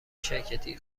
شرکتی